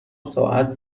ساعت